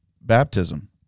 baptism